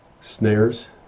snares